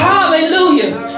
Hallelujah